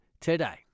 today